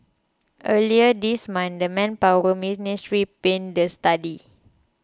earlier this month the Manpower Ministry panned the study